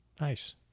Nice